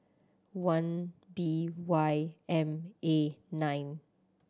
one B Y M A nine